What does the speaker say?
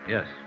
Yes